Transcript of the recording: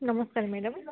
ନମସ୍କାର ମ୍ୟାଡ଼ମ୍